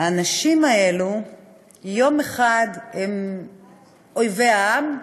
האנשים האלה יום אחד הם אויבי העם,